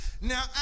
Now